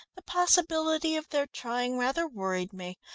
the possibility of their trying rather worried me.